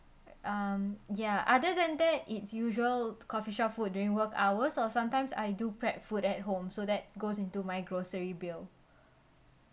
um ya other than that it's usual coffee shop food during work hours or sometimes I do prep food at home so that goes into my grocery bill